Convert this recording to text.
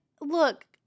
look